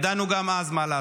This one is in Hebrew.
גם אז ידענו מה לעשות,